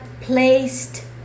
placed